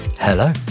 hello